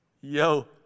Yo